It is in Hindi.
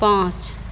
पांच